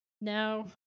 now